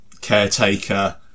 caretaker